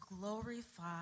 glorify